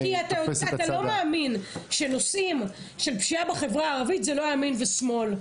כי אתה לא מאמין שנושאים של פשיעה בחברה הערבית זה לא ימין ושמאל.